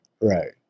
right